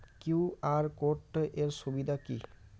QR code এর সুবিধা কি?